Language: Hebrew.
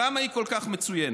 למה היא כל כך מצוינת?